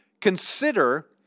consider